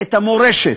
את המורשת,